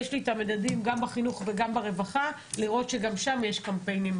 יש לי את המדדים גם בחינוך וגם ברווחה לראות שגם שם יש קמפיינים.